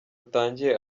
atangiye